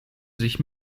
sich